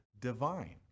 divine